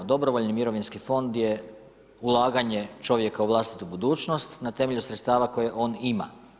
Dobrovoljni mirovinski fond je ulaganje čovjeka u vlastitu budućnost na temelju sredstava koje on ima.